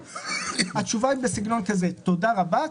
התשובה היא בסגנון כזה: "תודה רבה,